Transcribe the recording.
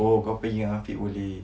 oh kau pergi dengan afiq boleh